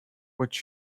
what